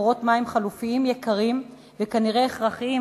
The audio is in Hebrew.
מקורות מים חלופיים יקרים וכנראה הכרחיים,